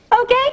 Okay